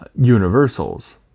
universals